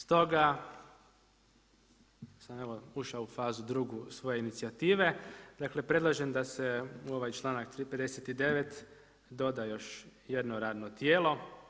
Stoga sam evo ušao u fazu drugu svoje inicijative, dakle predlažem da se u ovaj članak 59. doda još jedno radno tijelo.